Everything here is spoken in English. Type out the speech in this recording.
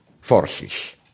forces